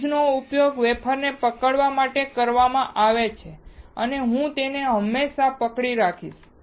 ટ્વીઝરનો ઉપયોગ વેફરને પકડવા માટે કરવામાં આવે છે અને હું તેને હમણાં પકડી રાખીશ